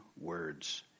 words